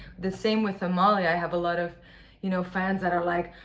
the same with amalia. i have a lot of you know fans that are like,